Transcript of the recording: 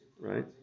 Right